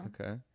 Okay